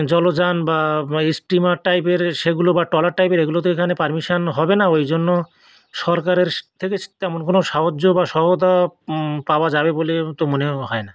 জলযান বা এই স্টিমার টাইপের সেগুলো বা টলার টাইপের এগুলো তো এখানে পারমিশন হবে না ওই জন্য সরকারের সে থেকে তেমন কোনো সাহায্য বা সহয়তা পাওয়া যাবে বলে তো মনে হয় না